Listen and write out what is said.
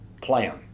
plan